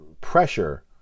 pressure